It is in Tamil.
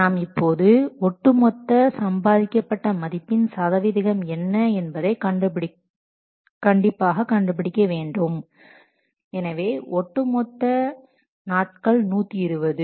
நாம் இப்போது ஒட்டுமொத்த சம்பாதிக்கப்பட்ட மதிப்பின் சதவிகிதம் என்ன என்பதை கண்டிப்பாக கண்டுபிடிக்க வேண்டும் எனவே ஒட்டு மொத்த நாட்கள் 120